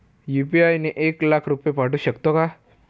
UPI ने एक लाख रुपये पाठवू शकतो का?